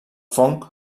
fong